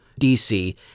dc